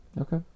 Okay